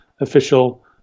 official